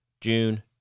June